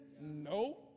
No